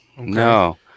No